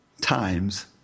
times